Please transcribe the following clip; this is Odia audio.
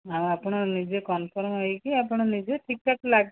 ଆଉ ଆପଣ ନିଜେ କନ୍ଫର୍ମ ହେଇକି ଆପଣ ନିଜେ ଠିକ୍ଠାକ୍ ଲାଗୁ